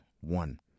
One